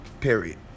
Period